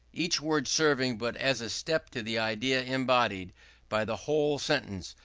each word serving but as a step to the idea embodied by the whole sentence,